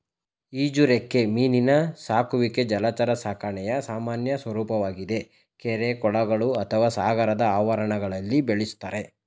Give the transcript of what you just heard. ಈಜುರೆಕ್ಕೆ ಮೀನಿನ ಸಾಕುವಿಕೆ ಜಲಚರ ಸಾಕಣೆಯ ಸಾಮಾನ್ಯ ಸ್ವರೂಪವಾಗಿದೆ ಕೆರೆ ಕೊಳಗಳು ಅಥವಾ ಸಾಗರದ ಆವರಣಗಳಲ್ಲಿ ಬೆಳೆಸ್ತಾರೆ